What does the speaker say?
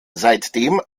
seitdem